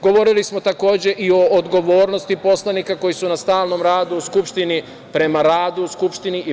Govorili smo, takođe, i o odgovornosti poslanika koji su na stalnom radu u Skupštini, prema radu u Skupštini i prema dolasku na posao.